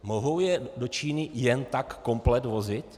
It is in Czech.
Mohou je do Číny jen tak komplet vozit?